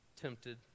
tempted